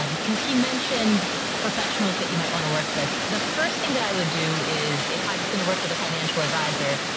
um, cause he mentioned professionals that you might want to work with. the first thing that i would do is if i was going to work with a financial advisor,